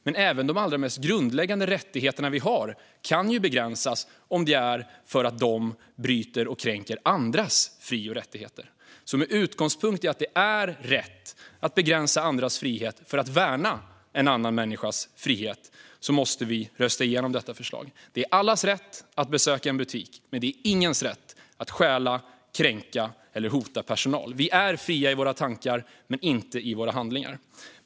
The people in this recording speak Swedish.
Men även de allra mest grundläggande rättigheterna vi har kan begränsas om det är för att någon bryter och kränker andras fri och rättigheter. Med utgångspunkt i att det är rätt att begränsa en människas frihet för att värna en annan människas frihet måste vi rösta igenom detta förslag. Det är allas rätt att besöka en butik. Men det är ingens rätt att stjäla eller att kränka och hota personal. Vi är fria i våra tankar men inte i våra handlingar.